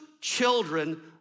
children